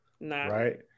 right